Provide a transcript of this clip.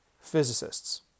physicists